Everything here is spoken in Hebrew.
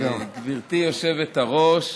גברתי היושבת-ראש,